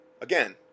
again